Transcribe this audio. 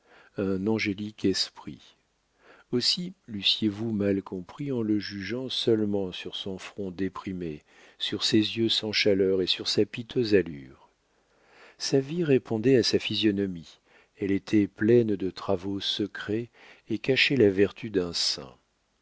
un angélique esprit aussi leussiez vous mal compris en le jugeant seulement sur son front déprimé sur ses yeux sans chaleur et sur sa piteuse allure sa vie répondait à sa physionomie elle était pleine de travaux secrets et cachait la vertu d'un saint